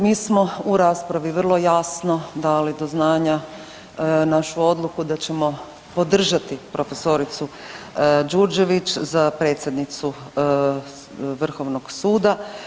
Mi smo u raspravi vrlo jasno dali do znanja našu odluku da ćemo podržati prof. Đurđević za predsjednicu Vrhovnog suda.